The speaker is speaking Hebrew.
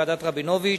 ועדת-רבינוביץ,